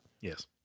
Yes